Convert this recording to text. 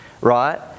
right